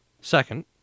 Second